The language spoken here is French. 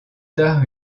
tard